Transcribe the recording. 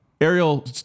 Ariel